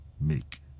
make